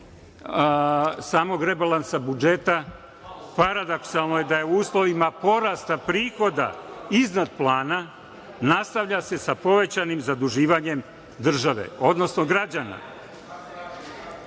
samog rebalansa budžeta paradoksalno je da se u uslovima porasta prihoda iznad plana nastavlja se sa povećanim zaduživanjem države, odnosno, građana,